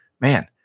man